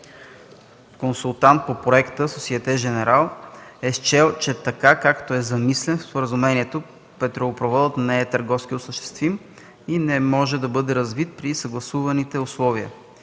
консултант по проекта Сосиете Женерал е счел, че така, както е замислен в споразумението, петролопроводът не е търговски осъществим и не може да бъде развит при съгласуваните условия.